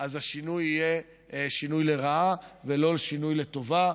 אז השינוי יהיה שינוי לרעה ולא שינוי לטובה,